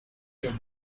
your